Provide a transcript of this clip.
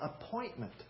appointment